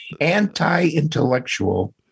Anti-intellectual